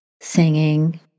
singing